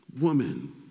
Woman